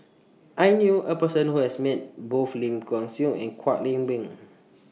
I knew A Person Who has Met Both Lim Kay Siu and Kwek Leng Beng